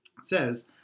says